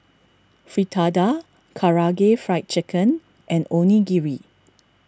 Fritada Karaage Fried Chicken and Onigiri